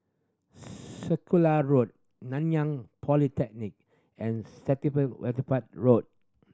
Circular Road Nanyang Polytechnic and St Will Wilfred Road